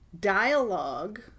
dialogue